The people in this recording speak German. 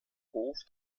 hof